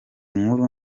nkuru